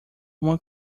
uma